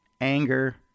anger